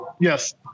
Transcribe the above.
Yes